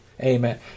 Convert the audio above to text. Amen